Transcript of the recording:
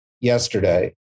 yesterday